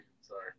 Sorry